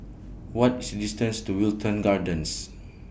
What IS distance to Wilton Gardens